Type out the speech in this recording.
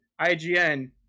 ign